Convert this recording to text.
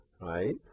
right